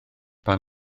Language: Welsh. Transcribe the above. pan